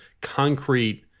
concrete